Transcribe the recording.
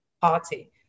party